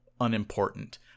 unimportant